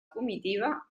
comitiva